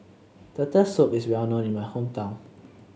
Turtle Soup is well known in my hometown